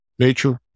Nature